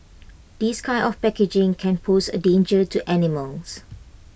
this kind of packaging can pose A danger to animals